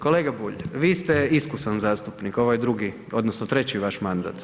Kolega Bulj, vi ste iskusan zastupnik, ovo je drugi odnosno treći vaš mandat.